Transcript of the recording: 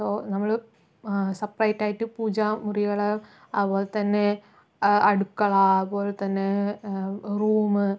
so നമ്മള് സെപ്പറേറ്റായിട്ട് പൂജാമുറികൾ അതുപോലെത്തന്നെ അടുക്കള അതുപോലെ തന്നെ റൂം